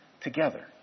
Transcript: together